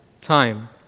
time